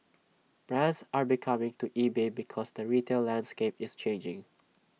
brands are becoming to eBay because the retail landscape is changing